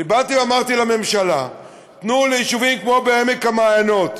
אמרתי לממשלה: תנו ליישובים כמו בעמק המעיינות,